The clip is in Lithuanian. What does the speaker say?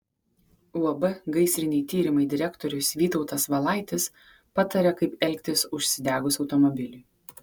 uab gaisriniai tyrimai direktorius vytautas valaitis pataria kaip elgtis užsidegus automobiliui